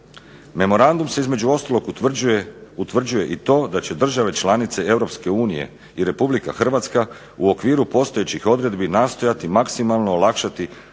Memorandumom se između ostalog utvrđuje i to da će države članice Europske unije i Republika Hrvatska u okviru postojećih odredbi nastojati maksimalno olakšati